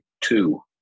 two